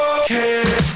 Okay